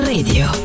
Radio